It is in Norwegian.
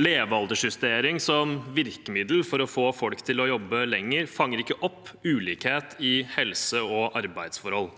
Levealdersjustering som virkemiddel for å få folk til å jobbe lenger fanger ikke opp ulikhet i helse og arbeidsforhold.